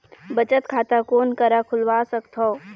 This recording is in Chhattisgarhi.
बचत खाता कोन करा खुलवा सकथौं?